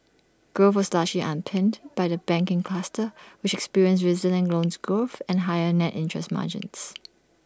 growth was largely underpinned by the banking cluster which experienced resilient loans growth and higher net interest margins